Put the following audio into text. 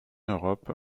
europe